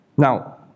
Now